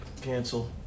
cancel